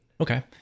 Okay